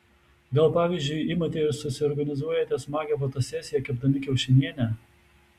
gal pavyzdžiui imate ir susiorganizuojate smagią fotosesiją kepdami kiaušinienę